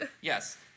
Yes